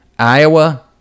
Iowa